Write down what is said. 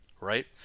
right